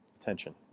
attention